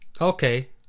Okay